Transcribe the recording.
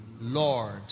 Lord